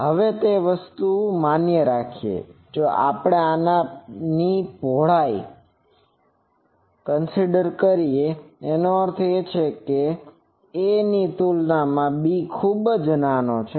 હવે તે વસ્તુ માન્ય છે જો આપણી પાસે આની આ પહોળાઈ છે એનો અર્થ એ કે એ ની તુલનામાં બી ખૂબ જ નાનો છે